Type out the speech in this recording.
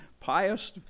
pious